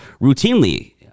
routinely